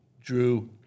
drew